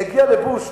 הגיע לבוש,